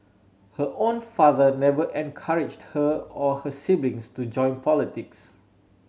her own father never encouraged her or her siblings to join politics